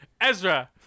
Ezra